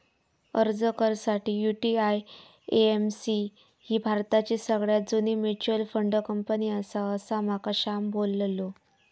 अर्ज कर साठी, यु.टी.आय.ए.एम.सी ही भारताची सगळ्यात जुनी मच्युअल फंड कंपनी आसा, असा माका श्याम बोललो